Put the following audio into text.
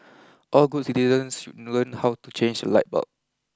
all good citizens should learn how to change a light bulb